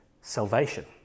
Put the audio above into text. salvation